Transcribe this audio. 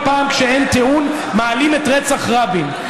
מעלים את רצח רבין.